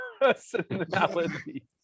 personality